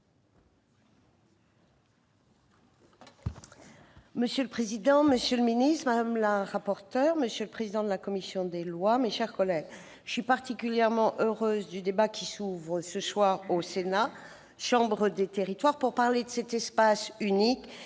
Monsieur le président, monsieur le ministre, madame la rapporteur, monsieur le président de la commission des lois, mes chers collègues, je suis particulièrement heureuse du débat qui s'ouvre aujourd'hui au Sénat, chambre des territoires, pour parler de cet espace unique, essentiel,